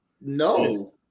No